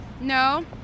No